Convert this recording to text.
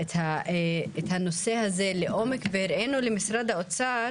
הנושא הזה לעומק, והראינו למשרד האוצר